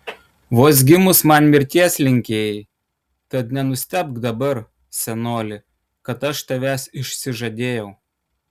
vos gimus man mirties linkėjai tad nenustebk dabar senoli kad aš tavęs išsižadėjau